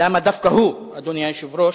למה דווקא הוא, אדוני היושב-ראש,